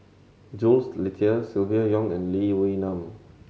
Jules Itier Silvia Yong and Lee Wee Nam